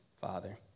Father